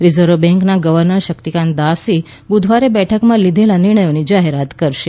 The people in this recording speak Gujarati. રિઝર્વ બેંકના ગવર્નર શક્તિકાન્ત દાસ બુધવારે બેઠકમાં લીઘેલા નિર્ણયોની જાહેરાત કરશે